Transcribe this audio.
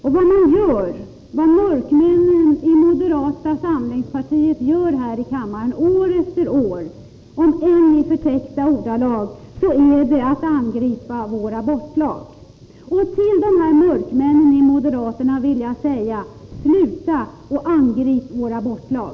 Vad mörkmännen i moderata samlingspartiet gör här i kammaren år efter år, om än i förtäckta ordalag, är att angripa vår abortlag. Till dessa mörkmän vill jag säga: Sluta att angripa vår abortlag!